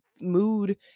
mood